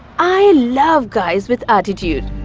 i love guys with attitude.